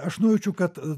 aš nujaučiu kad